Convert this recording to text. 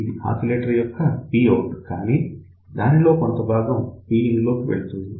ఇది ఆసిలేటర్ యొక్క Pout కానీ దానిలో కొంత భాగం Pin లోకి వెళుతుంది